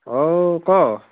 অউ ক